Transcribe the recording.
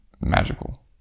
magical